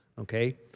Okay